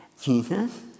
Jesus